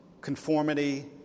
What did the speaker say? conformity